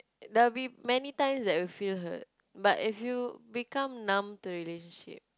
there'll be many times that you feel hurt but if you become numb to a relationship